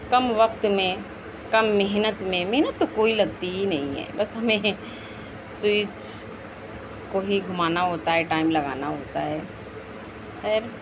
کم وقت میں کم محنت میں محنت تو کوئی لگتی ہی نہیں ہے بس ہمیں سوئچ کو ہی گھومانا ہوتا ہے ٹائم لگانا ہوتا ہے خیر